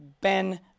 Ben